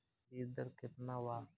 बीज दर केतना वा?